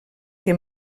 que